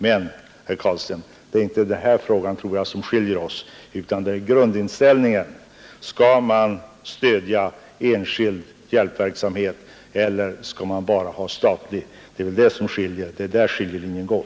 Men, herr Carlstein, det är inte den här frågan som skiljer oss åt, utan det är grundinställningen: Skall man stödja enskild hjälpverksamhet eller skall man bara ha statlig? Det är där skiljelinjen går.